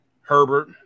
Herbert